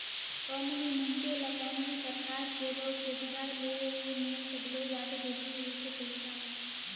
कोनो भी मइनसे ल कोनो भी परकार के रोग के धराए ले हे में सबले जादा जरूरी होथे पइसा